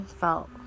felt